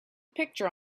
picture